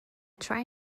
try